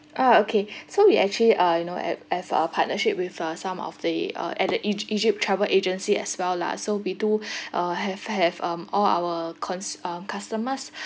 ah okay so we actually uh you know uh have our partnership with uh some of the uh at the egy~ egypt travel agency as well lah so we do uh have have um all our cons~ uh customers